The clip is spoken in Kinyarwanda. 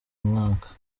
mwaka